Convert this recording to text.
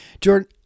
Jordan